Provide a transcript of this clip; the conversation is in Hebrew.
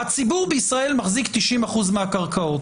הציבור בישראל מחזיק 90% מהקרקעות.